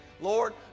Lord